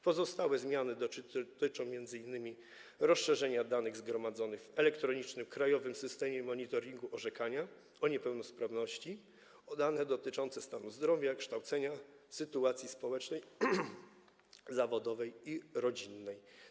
Pozostałe zmiany dotyczą m.in. rozszerzenia danych zgromadzonych w Elektronicznym Krajowym Systemie Monitorowania i Orzekania o Niepełnosprawności o dane dotyczące stanu zdrowia, kształcenia, sytuacji społecznej, zawodowej i rodzinnej.